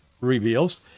reveals